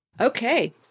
Okay